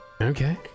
Okay